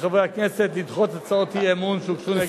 לחברי הכנסת לדחות את הצעות האי-אמון שהוגשו נגד הממשלה.